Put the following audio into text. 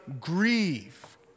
grieve